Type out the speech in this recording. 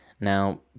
Now